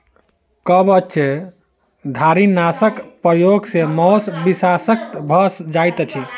कवचधारीनाशक प्रयोग सॅ मौस विषाक्त भ जाइत छै